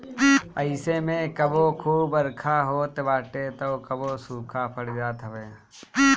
अइसे में कबो खूब बरखा होत बाटे तअ कबो सुखा पड़ जात हवे